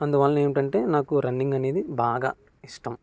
అందువలన ఏమిటంటే నాకు రన్నింగ్ అనేది బాగా ఇష్టం